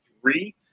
three